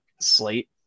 slate